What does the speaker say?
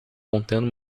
contendo